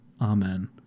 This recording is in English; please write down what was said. Amen